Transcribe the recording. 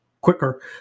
quicker